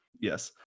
Yes